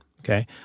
Okay